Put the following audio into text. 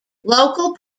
local